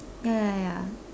ya ya ya